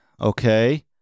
Okay